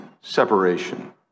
separation